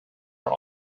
are